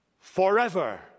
forever